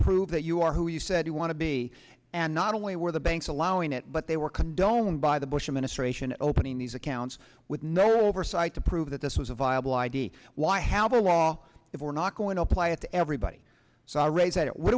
prove that you are who you said you want to be and not only where the banks allowing it but they were condoned by the bush administration opening these accounts with no oversight to prove that this was a viable i d why how the law if we're not going to apply it to everybody so i raise it what